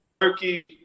Turkey